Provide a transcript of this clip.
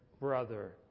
brother